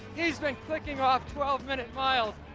he's been clicking off twelve minute miles.